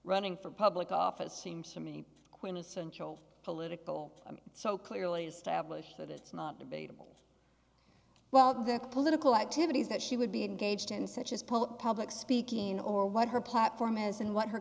running for public office seems to me quintessential political so clearly established that it's not debatable well the political activities that she would be engaged in such as poll public speaking or what her platform is and what her